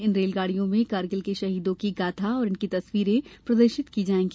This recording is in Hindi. इन रेलगाड़ियों में कारगिल की शहीदों की गाथा और इनकी तस्वीरे प्रदर्शित की जायेगी